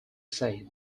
said